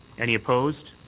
any opposed?